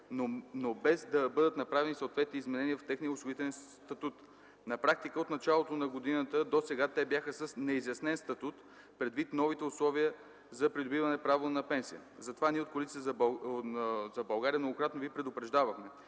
но без да бъдат направени съответните изменения в техния осигурителен статут. На практика от началото на годината досега те бяха с неизяснен статут, предвид новите условия за придобиване право на пенсия. За това ние от Коалиция за България многократно ви предупреждавахме.